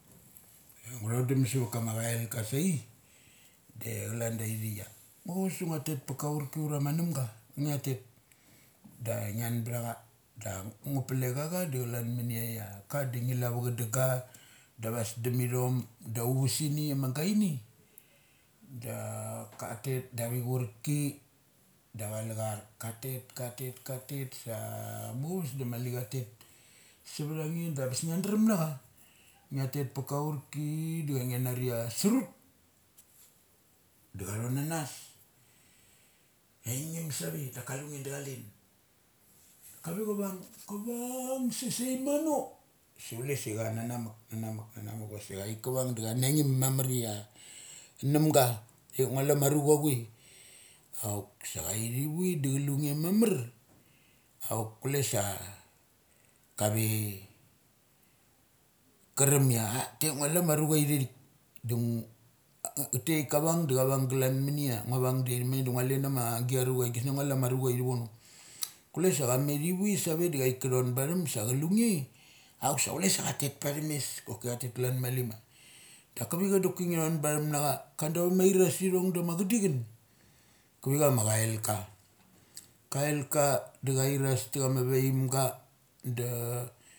Ia ngu thodum suvat ka ma chail ka sai, de calanda ithikia muchus do ngua tet pa kaurki ura ma numga ngia tet da ngian cha da. Dangu plech acha de calan munia la ka da ngilu ava cha dung ga da da avasdum ithom da auresini ama gainin dak kalet da avuchurki da avalachur. Ka tet, ka tet, ka tet sa muchus se mali chatetsa vet a. Avichaik da mali abes ngia drem nahca. Ngia ra pa ka urki da ngia nari a surut dacha than nanas. Ngi ngim save da kalu nge da cha len. Kae ka vung saisai mano, sai kule sa cha cha nanamuk na namuk, nanamuk vasa kait da cha nansem mamaria numga ithik ngua iu ama rucha chue. Auk sa cha thait ivi da chalunge mamar, auk kules kave karum a thiathik ngua lu ama a rucha ithethik da ang a da cha vung a cha vung galan munia. Ngua vung daithi mane ngua ken ama gia arucha gisnear ngua lu ama rucha ithi vono kule sa cha lunge auk sa kule sa cha tet pathum mes choki chate klan mali ma da kavicha doki ngia thonbathum na cha. Ka da ava airas thong da ma a cha dichin. Kavicha ma chaika. Kaika da chairas ta chama vaimga da.